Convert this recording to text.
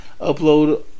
upload